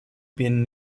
been